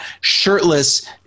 shirtless